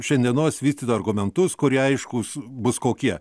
šiandienos vystytojo argumentus kurie aiškūs bus kokie